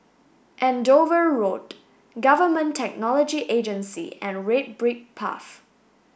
Andover Road Government Technology Agency and Red Brick Path